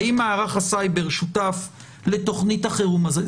האם מערך הסייבר שותף לתוכנית החירום הזאת?